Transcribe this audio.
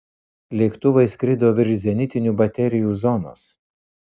lėktuvai skrido virš zenitinių baterijų zonos